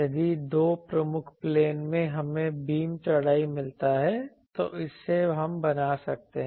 यदि दो प्रमुख प्लेन में हमें बीम चौड़ाई मिलता है तो इससे हम बना सकते हैं